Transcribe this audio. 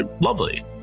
lovely